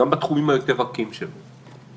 גם בתחומים היותר-רכים שלה.